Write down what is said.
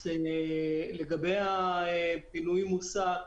לגבי פינוי מוסק,